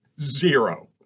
zero